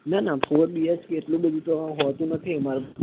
ના ના four BHK એટલું બધું તો હોતું નથી અમાર અહીંયા